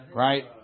right